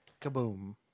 Kaboom